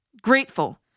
grateful